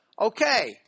Okay